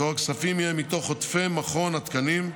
מקור הכספים יהיה מתוך עודפי מכון התקנים,